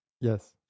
yes